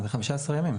מה, זה 15 ימים.